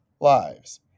lives